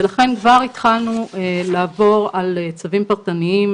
לכן כבר התחלנו לעבור על צווים פרטניים